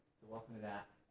welcome to that.